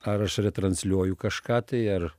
ar aš retransliuoju kažką tai ar